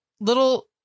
little